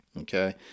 Okay